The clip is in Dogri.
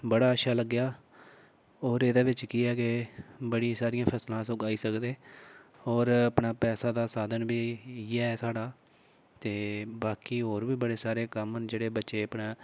बड़ा अच्छा लग्गेआ होर एह्दे बिच्च केह् ऐ बड़ी सारियां फसलां अस उगाई सकदे होर अपने पैसे दा साधन बी इ'यै ऐ साढ़ा ते बाकी होर बी बड़े सारे कम्म न जेह्ड़े बच्चे अपने